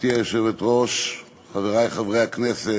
היושבת-ראש, חברי חברי הכנסת,